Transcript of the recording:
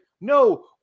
no